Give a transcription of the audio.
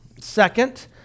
Second